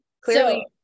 Clearly